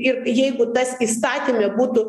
ir jeigu tas įstatyme būtų